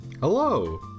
Hello